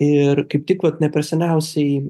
ir kaip tik vat ne per seniausiai